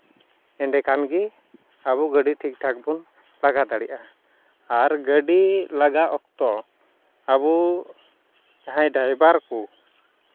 ᱮᱸᱰᱮᱠᱷᱟᱱ ᱜᱮ ᱟᱵᱚ ᱴᱷᱤᱠ ᱴᱷᱟᱠ ᱵᱚᱱ ᱞᱟᱜᱟ ᱫᱟᱲᱮᱜᱼᱟ ᱟᱨ ᱜᱟᱹᱰᱤ ᱞᱟᱜᱟ ᱚᱠᱛᱚ ᱟᱵᱚ ᱡᱟᱦᱟᱸᱭ ᱰᱟᱭᱵᱷᱟᱨ ᱠᱚ